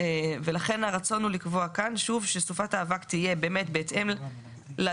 ולכן הרצון הוא לקבוע כאן שוב שסופת האבק תהיה באמת בהתאם לתנאים